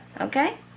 Okay